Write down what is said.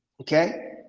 okay